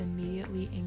immediately